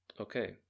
Okay